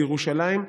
בירושלים,